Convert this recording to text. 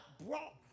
brought